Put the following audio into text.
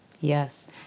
Yes